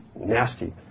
nasty